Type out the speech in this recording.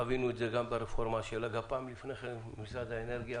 חווינו את זה גם ברפורמה של הגפ"ם לפני כן ממשרד האנרגיה.